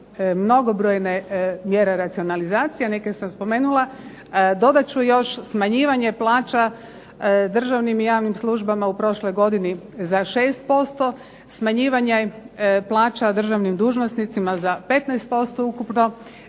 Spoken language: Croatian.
mnogobrojne mjere racionalizacije a neke sam spomenula. Dodat ću još smanjivanje plaća državnim i javnim službama u prošloj godini za 6%, smanjivanje plaća državnim dužnosnicima za 15% ukupno.